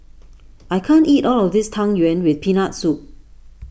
I can't eat all of this Tang Yuen with Peanut Soup